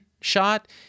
shot